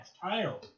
title